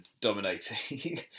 dominating